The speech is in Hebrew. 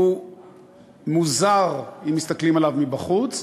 הוא מוזר אם מסתכלים עליו מבחוץ,